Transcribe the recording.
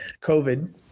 covid